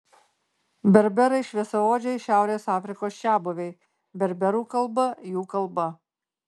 berberai šviesiaodžiai šiaurės afrikos čiabuviai berberų kalba jų kalba